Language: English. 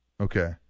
Okay